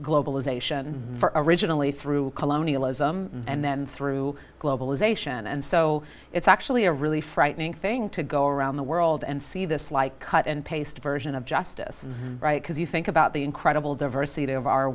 globalization originally through colonialism and then through globalization and so it's actually a really frightening thing to go around the world and see this like cut and paste version of justice because you think about the incredible diversity